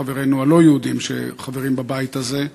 בחברינו הלא-יהודים שחברים בבית הזה.